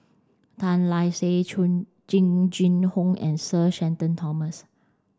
Tan Lark Sye Jing Jing Hong and Sir Shenton Thomas